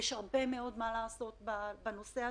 יש הרבה מאוד מה לעשות בנושא הזה,